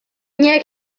nie